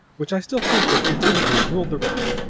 which i still think was intended to have ruled the rest.